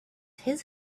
his